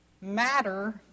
matter